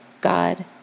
God